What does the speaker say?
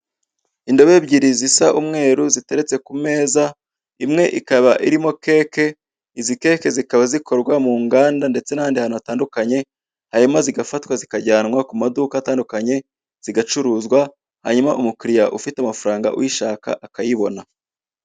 Indobo ebyiri zisa umweru, ziteretse ku meza, imwe ikaba irimo keke, izi keke zikaba zikorwa mu nganda, ndetse n'ahandi hantu hatandukanye, hanyuma zigafatwa, zikajyanwa ku maduka atandukanye, zigacuruzwa, hanyuma umukiriya ufite amafaranga, uyishaka akayibona.